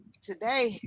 today